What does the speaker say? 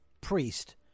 priest